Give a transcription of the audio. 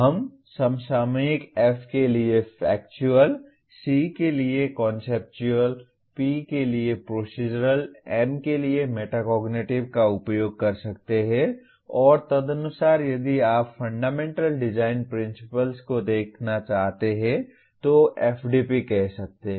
हम समसामयिक F के लिए फैक्चुअल C के लिए कॉन्सेप्चुअल P के लिए प्रोसीज़रल M के लिए मेटाकोग्निटिव का उपयोग कर सकते हैं और तदनुसार यदि आप फंडामेंटल डिज़ाइन प्रिंसिपल्स को देखना चाहते हैं तो FDP कह सकते हैं